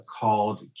called